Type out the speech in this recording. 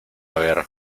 ver